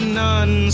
none